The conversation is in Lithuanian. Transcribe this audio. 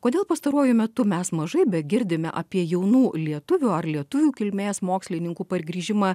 kodėl pastaruoju metu mes mažai begirdime apie jaunų lietuvių ar lietuvių kilmės mokslininkų pargrįžimą